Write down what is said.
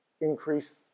increase